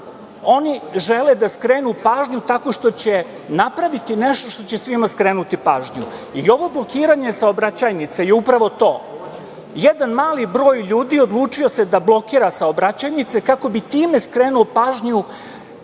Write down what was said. oni žele da skrenu pažnju tako što će napraviti nešto što će svima skrenuti pažnju. I ovo blokiranje saobraćajnice je upravo to, jedan mali broj ljudi odlučio se da blokira saobraćajnice kako bi time skrenuo pažnju